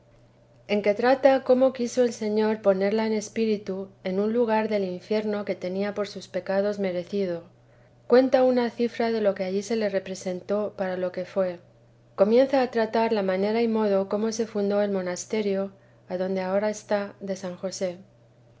en que trata cómo quiso el señor ponerla en espíritu en un lugar del infierno que tenía por sus pecados merecido cuenta una cifra de lo que allí se le representó por lo que fué comienza a tratar la manera y modo cómo se fundó el monasterio adonde ahora está de san josé